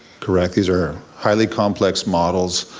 correct, these are highly complex models.